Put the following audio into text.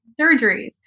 surgeries